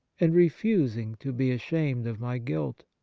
and refusing to be ashamed of my guilt.